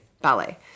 ballet